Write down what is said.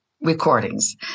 recordings